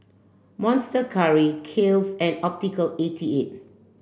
Monster Curry Kiehl's and Optical eighty eight